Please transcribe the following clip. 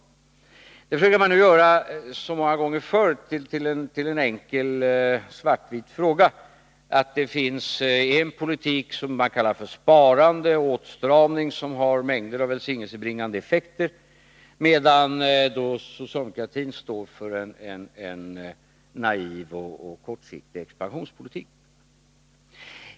Det försöker man nu, som många gånger förr, göra till en enkel svartvit fråga. Det finns en politik som man kallar för sparande och åtstramning, som har mängder av välsignelsebringande effekter, medan socialdemokratin står för en naiv och kortsiktig expansionspolitik.